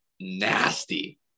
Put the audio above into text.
Nasty